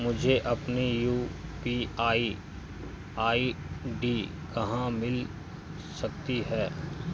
मुझे अपनी UPI ID कहां मिल सकती है?